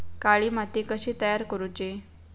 काळी माती कशी तयार करूची?